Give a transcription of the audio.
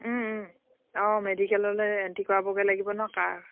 অঁ মেডিকেললৈ এণ্ট্ৰি কৰাবগৈ লাগিব ন কাৰ